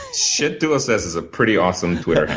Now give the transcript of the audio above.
shit duo says is a pretty awesome twitter